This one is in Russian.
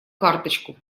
карточку